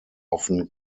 often